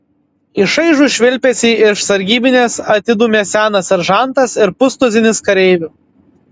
į šaižų švilpesį iš sargybinės atidūmė senas seržantas ir pustuzinis kareivių